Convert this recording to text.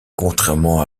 contrairement